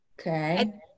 Okay